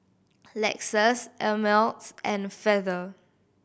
Lexus Ameltz and Feather